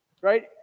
right